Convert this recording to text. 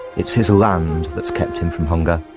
it's his land that's kept him from hunger,